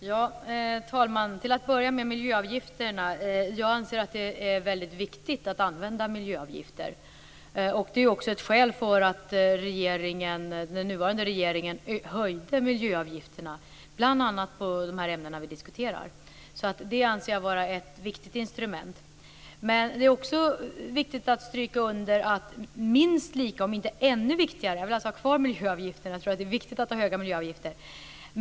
Herr talman! Låt mig börja med miljöavgifterna. Jag anser att det är viktigt att använda miljöavgifter. Det var också ett skäl för att den nuvarande regeringen höjde miljöavgifterna bl.a. på de ämnen vi diskuterar. Så det anser jag vara ett viktigt instrument. Jag vill alltså ha kvar miljöavgifterna. Jag tror att det är viktigt att ha höga miljöavgifter.